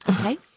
okay